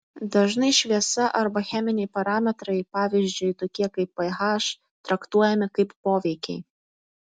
dažnai šviesa arba cheminiai parametrai pavyzdžiui tokie kaip ph traktuojami kaip poveikiai